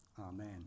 Amen